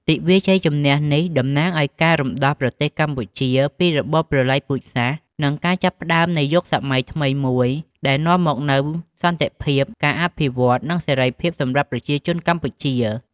ទិវាជ័យជំនះនេះតំណាងឲ្យការរំដោះប្រទេសកម្ពុជាពីរបបប្រល័យពូជសាសន៍ និងជាការចាប់ផ្តើមនៃយុគសម័យថ្មីមួយដែលនាំមកនូវសន្តិភាព ការអភិវឌ្ឍន៍ និងសេរីភាពសម្រាប់ប្រជាជនកម្ពុជា។